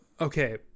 Okay